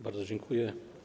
Bardzo dziękuję.